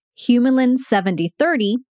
Humulin-7030